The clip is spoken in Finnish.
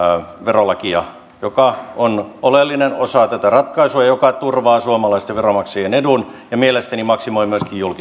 verolakia joka on oleellinen osa tätä ratkaisua ja joka turvaa suomalaisten veronmaksajien edun ja mielestäni maksimoi myöskin